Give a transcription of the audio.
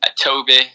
Toby